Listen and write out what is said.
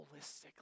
holistically